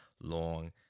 long